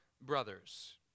brothers